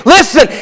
Listen